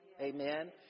Amen